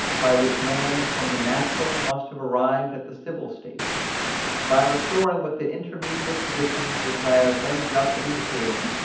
by which man from the natural must have arrived at the civil state by restoring, with the intermediate positions which i have been just indicating,